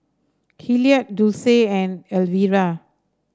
Hilliard Dulce and Elvera